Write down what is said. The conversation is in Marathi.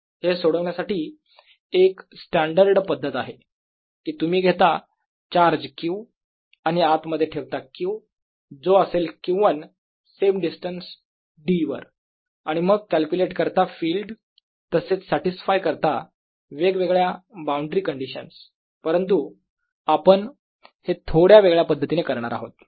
हे सोडवण्यासाठी एक स्टँडर्ड पद्धत आहे की तुम्ही घेता चार्ज q आणि आत मध्ये ठेवता q जो असेल q1 सेम डिस्टन्स d वर आणि मग कॅल्क्युलेट करता फिल्ड तसेच सॅटिसफाय करता वेगवेगळ्या बाउंड्री काँडिशन्स परंतु आपण हे थोड्या वेगळ्या पद्धतीने करणार आहोत